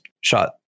shot